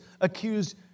accused